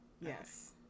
Yes